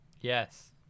Yes